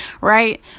Right